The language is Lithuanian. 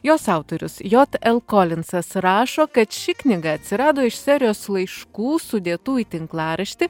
jos autorius j l kolinsas rašo kad ši knyga atsirado iš serijos laiškų sudėtų į tinklaraštį